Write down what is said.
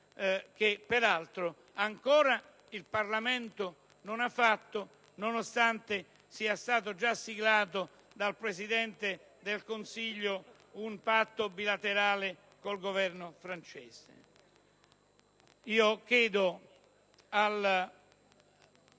che peraltro il Parlamento ancora non ha fatto nonostante sia stato già siglato dal Presidente del Consiglio un patto bilaterale con il Governo francese.